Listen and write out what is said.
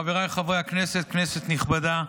חבריי חברי הכנסת, כנסת נכבדה,